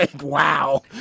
Wow